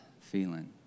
feeling